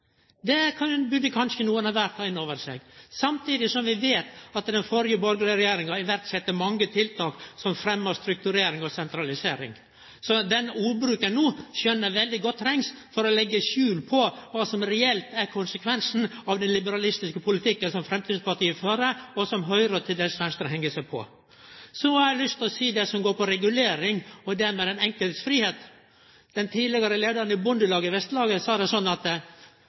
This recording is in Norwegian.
Det burde kanskje nokon kvar ta inn over seg, samtidig som vi veit at den borgarlege regjeringa sette i verk mange tiltak som fremma strukturering og sentralisering. Så den ordbruken no skjønar eg veldig godt trengst for å leggje skjul på kva som reelt er konsekvensen av den liberalistiske politikken som Framstegspartiet fører, og som Høgre og til dels Venstre hengjer seg på. Så har eg lyst til å seie til det som går på regulering og fridomen til den enkelte: Den tidlegare leiaren i Bondelaget i Vest-Agder, sa det slik, at